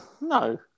No